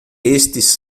estes